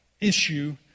issue